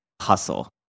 hustle